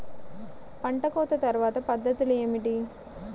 పంట కోత తర్వాత పద్ధతులు ఏమిటి?